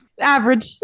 Average